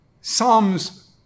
Psalms